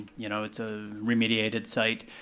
you know, it's a remediated site,